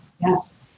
Yes